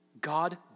God